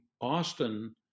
Austin